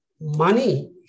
Money